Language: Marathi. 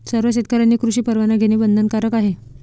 सर्व शेतकऱ्यांनी कृषी परवाना घेणे बंधनकारक आहे